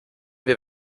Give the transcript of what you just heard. wir